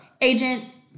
agents